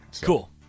Cool